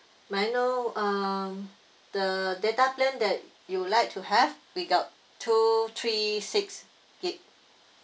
may I know uh the data plan that you'd like to have we got two three six gig